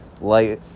light